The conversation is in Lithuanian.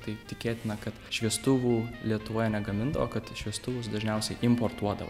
tai tikėtina kad šviestuvų lietuvoje negamindavo kad šviestuvus dažniausiai importuodavo